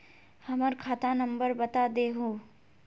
हमर खाता नंबर बता देहु?